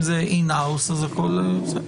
אם זה אין-האוס, הכול בסדר.